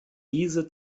diese